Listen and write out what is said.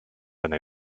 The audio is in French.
année